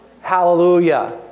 Hallelujah